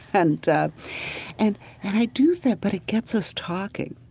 and and i do think, but it gets us talking.